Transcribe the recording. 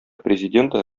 президенты